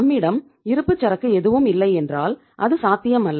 நம்மிடம் இருப்புச்சரக்கு எதுவும் இல்லை என்றால் அது சாத்தியம் அல்ல